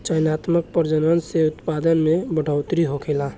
चयनात्मक प्रजनन से उत्पादन में बढ़ोतरी होखेला